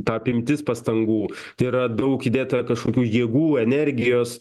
ta apimtis pastangų tai yra daug įdėta kažkokių jėgų energijos